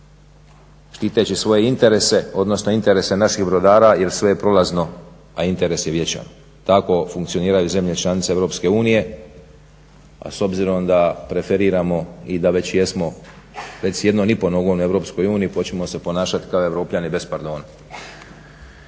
štiteći svoje interese, odnosno interese naših brodara jer sve je prolazno, a interes je vječan. Tako funkcioniraju zemlje članice EU, a s obzirom da preferiramo i da već jesmo, već s jednom i pol nogom u EU počnimo se ponašati kao Europljani bez pardona.